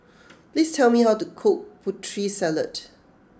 please tell me how to cook Putri Salad